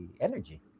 energy